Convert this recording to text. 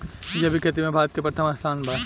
जैविक खेती में भारत के प्रथम स्थान बा